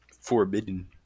forbidden